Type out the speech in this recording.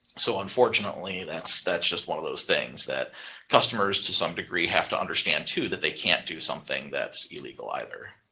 so unfortunately, that's that's just one of those things that customers to some degree have to understand too that they can't do something that's illegal either.